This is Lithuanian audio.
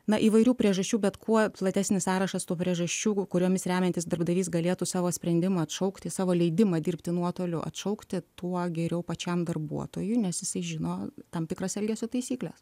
na įvairių priežasčių bet kuo platesnis sąrašas tuo priežasčių kuriomis remiantis darbdavys galėtų savo sprendimą atšaukti savo leidimą dirbti nuotoliu atšaukti tuo geriau pačiam darbuotojui nes jisai žino tam tikras elgesio taisykles